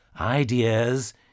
ideas